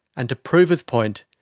and to prove his point,